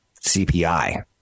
CPI